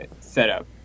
setup